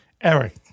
Eric